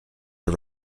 are